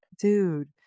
dude